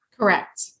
Correct